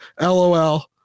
LOL